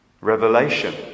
Revelation